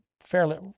fairly